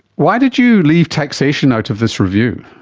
why did you leave taxation out of this review?